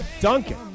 Duncan